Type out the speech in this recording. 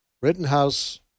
Rittenhouse